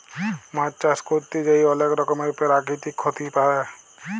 মাছ চাষ ক্যরতে যাঁয়ে অলেক রকমের পেরাকিতিক ক্ষতি পারে